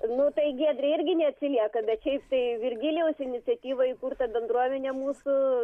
nu tai giedrė irgi neatsilieka bet šiaip tai virgilijaus iniciatyva įkurta bendruomenė mūsų